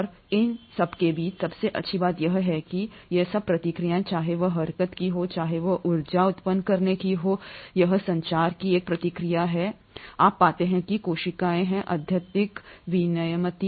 और इन सबके बीच सबसे अच्छी बात यह है कि ये सभी प्रक्रियाएं चाहे वह हरकत की हो चाहे वह ऊर्जा उत्पन्न करने की हो यह संचार की एक प्रक्रिया है आप पाते हैं कि कोशिकाएँ हैं अत्यधिक विनियमित